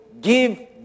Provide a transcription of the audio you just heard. Give